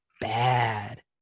bad